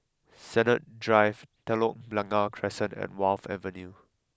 Sennett Drive Telok Blangah Crescent and Wharf Avenue